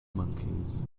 monkeys